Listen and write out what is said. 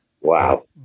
Wow